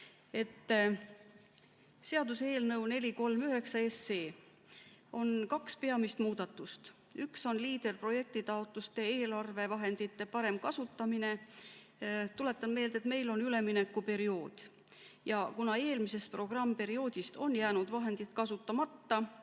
Seaduseelnõus 439 on kaks peamist muudatust. Üks on LEADER-projektitoetuse eelarvevahendite parem kasutamine. Tuletan meelde, et meil on üleminekuperiood ja kuna eelmisest programmiperioodist on jäänud vahendid kasutamata,